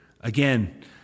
again